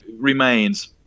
remains